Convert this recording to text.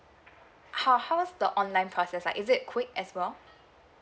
how how is the online process like is it quick as well